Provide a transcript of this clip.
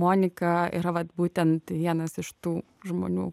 monika yra vat būtent vienas iš tų žmonių